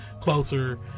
closer